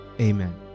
Amen